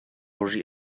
rih